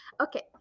Okay